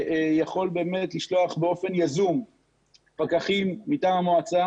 יכול לשלוח באופן יזום פקחים מטעם המועצה